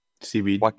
seaweed